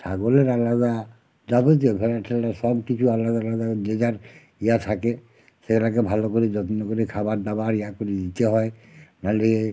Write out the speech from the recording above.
ছাগলের আলাদা যাবতীয় ভেড়া ঠেরা সব কিছু সব কিছু আলাদা আলাদা যে যার ইয়া থাকে সেটাকে ভালো করে যত্ন করে খাবার দাবার ইয়া করে দিতে হয় নাহলে